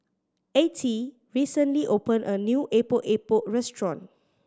Attie recently opened a new Epok Epok restaurant